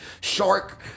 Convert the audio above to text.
shark